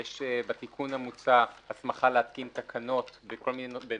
יש בתיקון המוצע הסמכה להתקין תקנות בנושאים